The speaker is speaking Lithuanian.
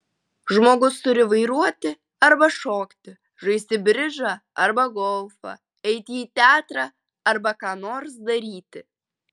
žmogus turi vairuoti arba šokti žaisti bridžą arba golfą eiti į teatrą arba ką nors daryti